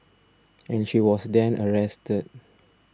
and she was then arrested